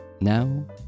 Now